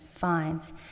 finds